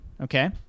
okay